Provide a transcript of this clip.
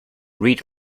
read